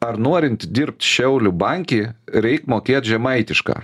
ar norint dirbt šiaulių banki reik mokėt žemaitišką